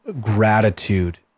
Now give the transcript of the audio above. gratitude